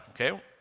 okay